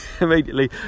immediately